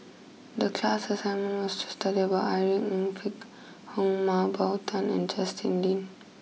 the class assignment was to study about Irene Ng Phek Hoong Mah Bow Tan and Justin Lean